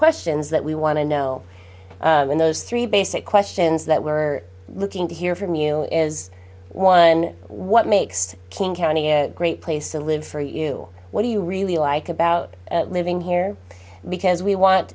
questions that we want to know in those three basic questions that were looking to hear from you is one what makes king county a great place to live for you what do you really like about living here because we want